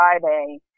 Friday